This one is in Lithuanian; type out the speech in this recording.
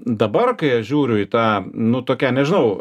dabar kai aš žiūriu į tą nu tokią nežinau